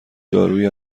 دارویی